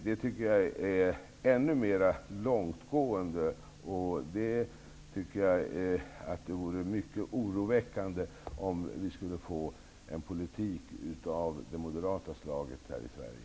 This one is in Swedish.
Det tycker jag är ännu mera långtgående, och det vore mycket oroväckande om vi skulle få en politik av det moderata slaget här i Sverige.